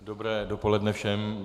Dobré dopoledne všem.